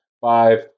Five